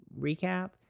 recap